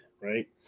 right